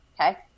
Okay